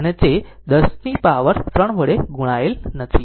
તેથી જ તે 10 ની પાવર 3 વડે ગુણાયેલ નથી